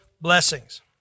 blessings